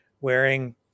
Wearing